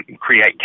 create